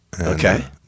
Okay